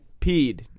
peed